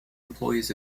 employees